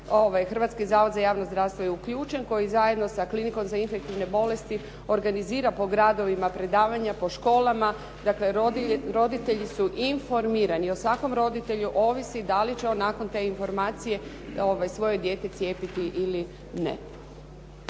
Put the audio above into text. Hrvatski zavod za javno zdravstvo je uključen koji zajedno sa Klinikom za infektivne bolesti organizira po gradovima predavanja po školama. Dakle, roditelji su informirani. O svakom roditelju ovisi da li će on nakon te informacije svoje dijete cijepiti ili ne.